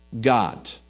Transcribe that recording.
God